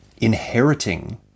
inheriting